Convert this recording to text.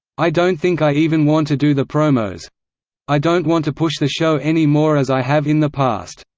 i don't think i even want to do the promos i don't want to push the show any more as i have in the past.